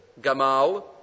Gamal